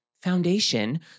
foundation